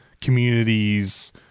communities